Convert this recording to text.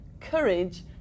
courage